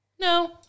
No